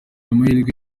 amahirwe